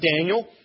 Daniel